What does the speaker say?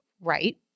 right